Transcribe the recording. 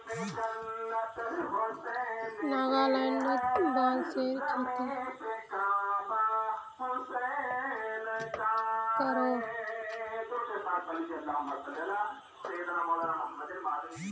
नागालैंडत बांसेर खेती कराल जा छे